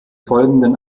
folgenden